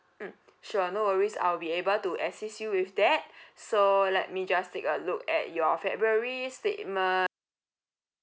mm sure no worries I'll be able to assist you with that so let me just take a look at your february statement